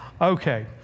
Okay